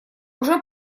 уже